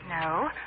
No